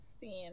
seeing